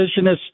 revisionist